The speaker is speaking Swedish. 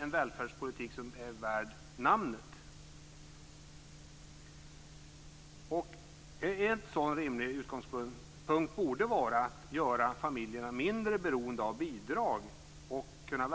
en välfärdspolitik som är värd namnet.